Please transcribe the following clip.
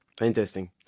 Interesting